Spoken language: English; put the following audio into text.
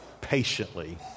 patiently